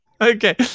Okay